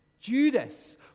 Judas